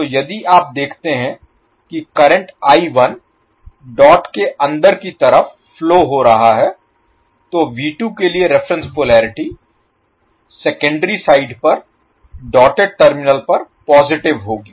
तो यदि आप देखते हैं कि करंट डॉट के अंदर की तरफ फ्लो हो रहा है तो के लिए रिफरेन्स पोलेरिटी सेकेंडरी साइड पर डॉटेड टर्मिनल पर पॉजिटिव होगी